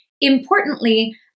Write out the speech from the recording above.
Importantly